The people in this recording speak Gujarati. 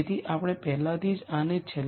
તેથી આ A₁ છે આ A₂ છે અને આ A₃ છે